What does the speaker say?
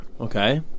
Okay